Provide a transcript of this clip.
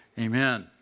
Amen